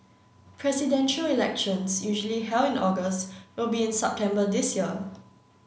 Presidential Elections usually held in August will be in September this year